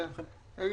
מי מקריא?